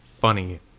funny